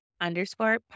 underscore